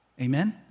Amen